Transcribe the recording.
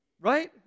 Right